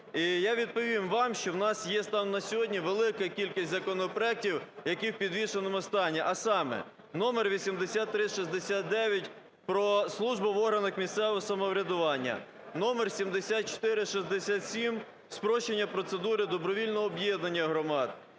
я відповім вам, що у нас є станом на сьогодні велика кількість законопроектів, які в підвішеному стані, а саме: № 8369 – про службу в органах місцевого самоврядування, № 7467 – спрощення процедури добровільного об'єднання громад,